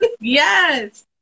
yes